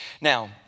Now